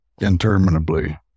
interminably